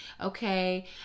Okay